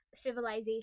civilization